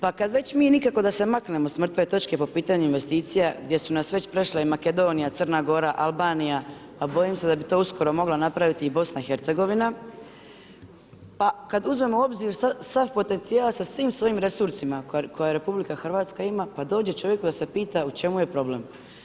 Pa kad već mi nikako da se maknemo s mrtve točke po pitanju investicija, gdje su nas već prešle i Makedonija, Crna Gora, Albanija, pa bojim se da bi to uskoro mogla napraviti i BiH, pa kad uzmemo u obzir sav potencijal sa svim svojim resursima koje RH ima, pa dođe čovjeku da se pita u čemu je problem.